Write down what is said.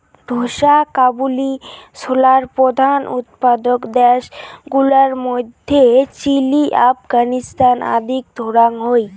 ঢোসা কাবুলি ছোলার প্রধান উৎপাদক দ্যাশ গুলার মইধ্যে চিলি, আফগানিস্তান আদিক ধরাং হই